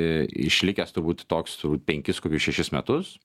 išlikęs turbūt toks penkis kokius šešis metus